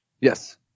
Yes